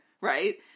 right